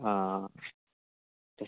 हां हां